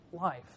life